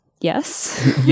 Yes